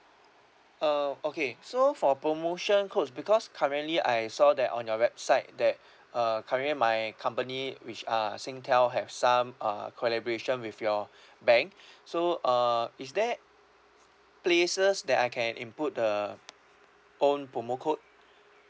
ah okay so for promotion codes because currently I saw that on your website that uh currently my company which uh singtel have some uh collaboration with your bank so uh is there places that I can input the own promo code